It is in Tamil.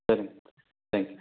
சரிங்க தேங்க் யூ